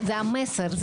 זה המסר,